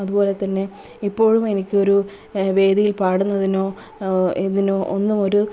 അതുപോലെതന്നെ ഇപ്പോഴും എനിക്കൊരു വേദിയിൽ പാടുന്നതിനോ ഇതിനോ ഒന്നുമൊരു